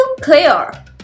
clear